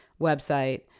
website